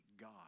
God